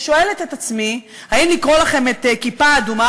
שואלת את עצמי: האם לקרוא לכם את "כיפה אדומה",